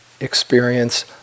experience